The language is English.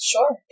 Sure